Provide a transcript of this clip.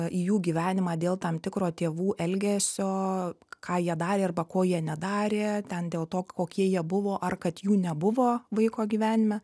į jų gyvenimą dėl tam tikro tėvų elgesio ką jie darė arba ko jie nedarė ten dėl to kokie jie buvo ar kad jų nebuvo vaiko gyvenime